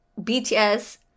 bts